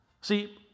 See